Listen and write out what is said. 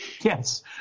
Yes